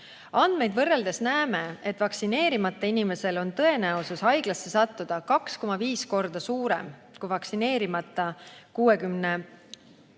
Andmeid võrreldes näeme, et vaktsineerimata inimesel on tõenäosus haiglasse sattuda 2,5 korda suurem kui vaktsineerimata inimesel